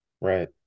Right